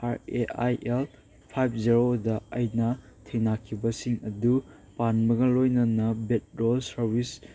R E I L five ꯖꯦꯔꯣꯗ ꯑꯩꯅ ꯊꯦꯡꯅꯈꯤꯕꯁꯤꯡ ꯑꯗꯨ ꯄꯥꯟꯕꯒ ꯂꯣꯏꯅꯅ ꯕꯦꯗ ꯔꯣ ꯁꯥꯔꯕꯤꯁ